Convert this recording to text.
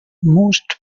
most